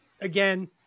Again